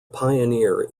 pioneer